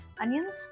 onions